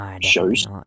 shows